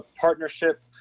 partnership